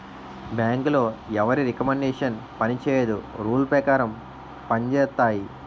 బ్యాంకులో ఎవరి రికమండేషన్ పనిచేయదు రూల్ పేకారం పంజేత్తాయి